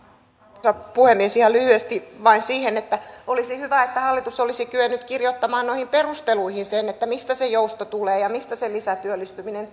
arvoisa puhemies ihan lyhyesti vain siitä että olisi hyvä että hallitus olisi kyennyt kirjoittamaan noihin perusteluihin sen mistä se jousto tulee ja mistä se lisätyöllistyminen